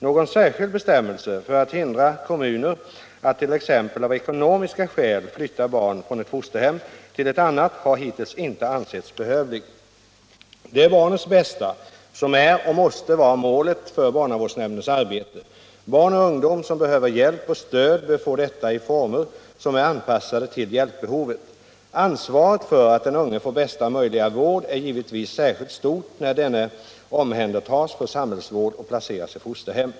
Någon särskild bestämmelse för att hindra kommuner att av t.ex. ekonomiska skäl flytta barn från ett fosterhem till ett annat har hittills inte ansetts behövlig. Det är barnets bästa som är och måste vara målet för barnavårdsnämndens arbete. Barn och ungdom som behöver hjälp och stöd bör få detta i former som är anpassade till hjälpbehovet. Ansvaret för att den unge får bästa möjliga vård är givetvis särskilt stort när denne omhändertas för samhällsvård och placeras i fosterhem.